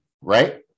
right